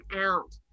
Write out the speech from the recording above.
out